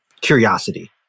curiosity